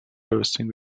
bursting